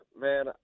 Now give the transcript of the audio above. man